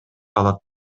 калат